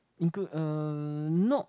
include uh not